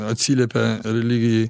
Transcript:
atsiliepia religijai